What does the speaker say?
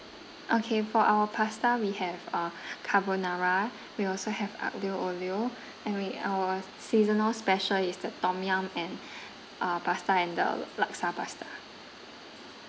okay for our pasta we have uh carbonara we also have aglio olio and we our seasonal special is the tom yum and uh pasta and the l~ laksa pasta